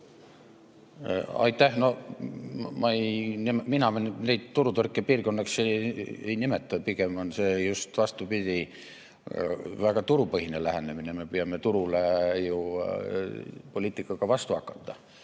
Aitäh! Mina neid turutõrke piirkondadeks ei nimeta. Pigem on see just vastupidi väga turupõhine lähenemine, me püüame turule ju poliitikaga vastu hakata.